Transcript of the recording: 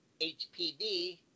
HPV